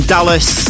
Dallas